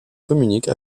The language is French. communique